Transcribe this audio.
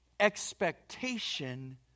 expectation